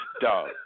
Dog